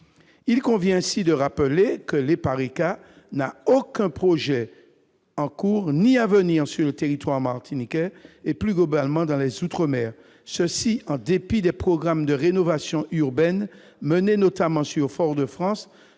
Il convient de rappeler que l'EPARECA n'a aucun projet en cours ni à venir sur le territoire martiniquais, et plus globalement dans les outre-mer, en dépit des programmes de rénovation urbaine menés notamment à Fort-de-France.